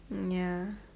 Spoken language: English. ya